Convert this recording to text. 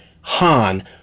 Han